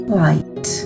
light